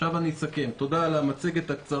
תודה שאפשרת לי להציג את המצגת הקצרה,